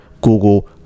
Google